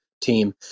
team